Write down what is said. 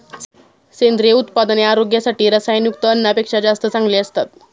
सेंद्रिय उत्पादने आरोग्यासाठी रसायनयुक्त अन्नापेक्षा जास्त चांगली असतात